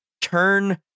turn